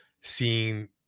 seeing